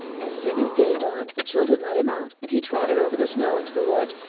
as soon as day dawned the children led him out, and he trotted over the snow into the wood.